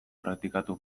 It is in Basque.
praktikatu